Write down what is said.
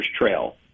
Trail